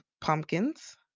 pumpkins